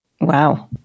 Wow